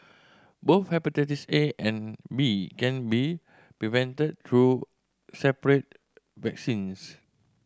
both hepatitis A and B can be prevented through separate vaccines